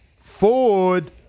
Ford